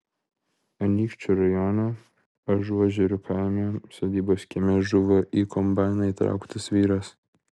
anykščių rajone ažuožerių kaime sodybos kieme žuvo į kombainą įtrauktas vyras